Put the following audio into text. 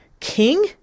King